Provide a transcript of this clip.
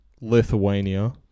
Lithuania